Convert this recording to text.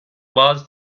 bazı